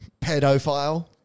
pedophile